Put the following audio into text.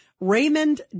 Raymond